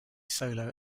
solo